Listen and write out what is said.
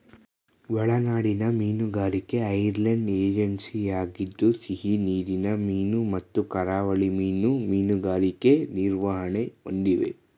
ಒಳನಾಡಿನ ಮೀನುಗಾರಿಕೆ ಐರ್ಲೆಂಡ್ ಏಜೆನ್ಸಿಯಾಗಿದ್ದು ಸಿಹಿನೀರಿನ ಮೀನು ಮತ್ತು ಕರಾವಳಿ ಮೀನು ಮೀನುಗಾರಿಕೆ ನಿರ್ವಹಣೆ ಹೊಂದಿವೆ